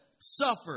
suffer